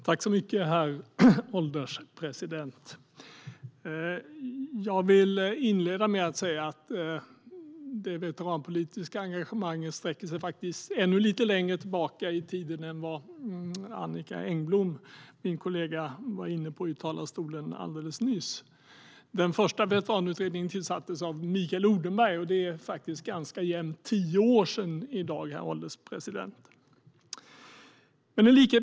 Herr ålderspresident! Det veteranpolitiska engagemanget sträcker sig faktiskt ännu lite längre tillbaka i tiden än vad min kollega Annicka Engblom nyss var inne på i talarstolen. Den första veteranutredningen tillsattes av Mikael Odenberg, och det är i dag ganska jämnt tio år sedan.